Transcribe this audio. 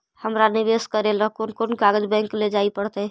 हमरा निवेश करे ल कोन कोन कागज बैक लेजाइ पड़तै?